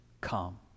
come